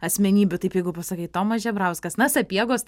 asmenybių taip jeigu pasakai tomas žebrauskas na sapiegos